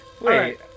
Wait